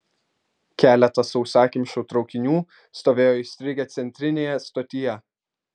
keletas sausakimšų traukinių stovėjo įstrigę centrinėje stotyje